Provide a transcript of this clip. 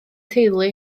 teulu